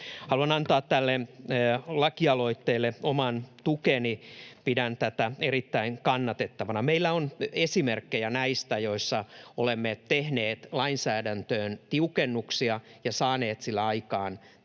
Haluan antaa tälle lakialoitteelle oman tukeni. Pidän tätä erittäin kannatettavana. Meillä on esimerkkejä, joissa olemme tehneet lainsäädäntöön tiukennuksia ja saaneet sillä aikaan tahdotun